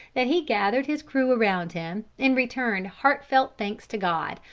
that he gathered his crew around him and returned heartfelt thanks to god,